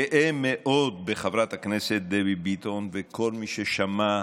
גאה מאוד בחברת הכנסת דבי ביטון, וכל מי ששמע,